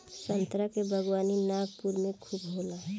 संतरा के बागवानी नागपुर में खूब होला